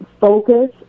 focus